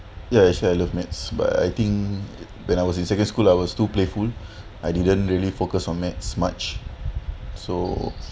ya actually I love maths but I think when I was in secondary school I was too playful I didn't really focus on maths much so